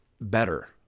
better